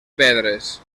pedres